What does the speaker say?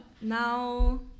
Now